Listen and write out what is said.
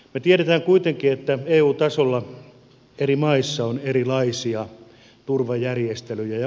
me tiedämme kuitenkin että eu tasolla eri maissa on erilaisia turvajärjestelyjä